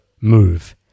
move